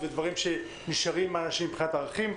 ודברים שנשארים עם אנשים מבחינת ערכים.